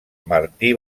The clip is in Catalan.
martí